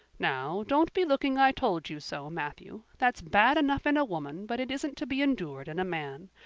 now, don't be looking i told-you-so, matthew. that's bad enough in a woman, but it isn't to be endured in a man.